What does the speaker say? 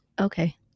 okay